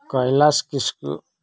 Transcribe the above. Kailash Kisku